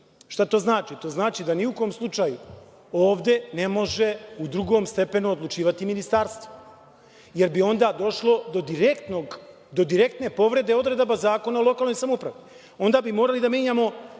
Šta to znači? To znači da ni u kom slučaju ovde ne može u drugom stepenu odlučivati Ministarstvo, jer bi onda došlo do direktne povrede odredaba Zakona o lokalnoj samoupravi. Onda bi morali da menjamo